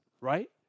right